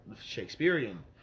Shakespearean